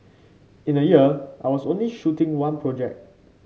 in a year I was only shooting one project